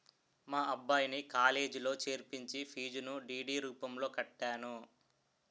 మా అబ్బాయిని కాలేజీలో చేర్పించి ఫీజును డి.డి రూపంలో కట్టాను